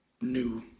new